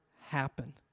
happen